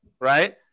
Right